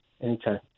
Anytime